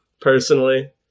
personally